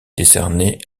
décerné